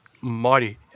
Mighty